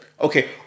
Okay